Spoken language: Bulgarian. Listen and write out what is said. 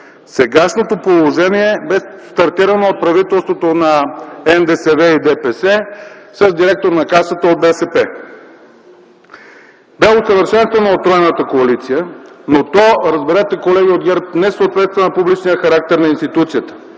Сегашното положение бе стартирано от правителството на НДСВ и ДПС с директор на Касата от БСП, бе усъвършенствано от тройната коалиция, но то, разберете колеги от ГЕРБ, не съответства на публичния характер на институцията,